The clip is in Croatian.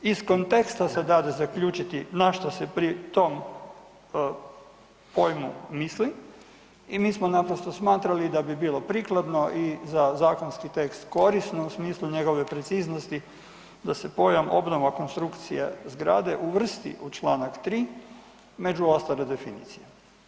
Iz konteksta se date zaključiti na šta se pri tom pojmu misli i mi smo naprosto smatrali da bi bilo prikladno i za zakonski tekst korisno u smislu njegove preciznosti da se pojam obnova konstrukcije zgrade uvrsti u Članak 3. među ostale definicije.